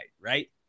right